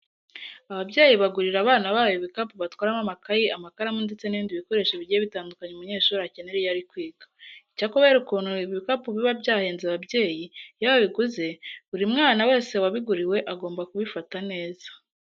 Ababyeyi bagurira abana babo ibikapu batwaramo amakayi, amakaramu ndetse n'ibindi bikoresho bigiye bitandukanye umunyeshuri akenera iyo ari kwiga. Icyakora kubera ukuntu ibi bikapu biba byahenze ababyeyi iyo babiguze, buri mwana wese wabiguriwe agomba kubifata neza.